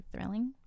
thrilling